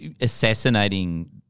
assassinating